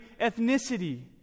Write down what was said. ethnicity